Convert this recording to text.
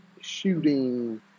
shooting